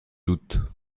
doute